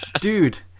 Dude